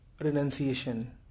renunciation